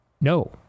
No